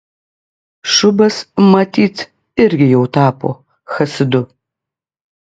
šubas matyt irgi jau tapo chasidu